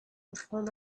before